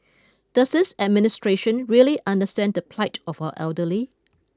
does this administration really understand the plight of our elderly